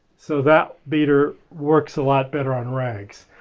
so that beater works a lot better on rags.